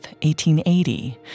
1880